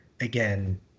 again